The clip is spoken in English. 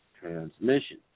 transmission